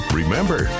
remember